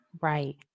right